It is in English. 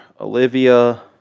Olivia